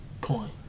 Point